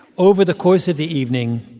over the course of the evening,